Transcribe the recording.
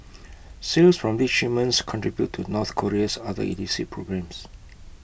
sales from these shipments contribute to north Korea's other illicit programmes